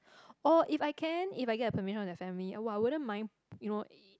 or if I can if I get the permission of their family !wah! I wouldn't mind you know